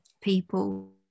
people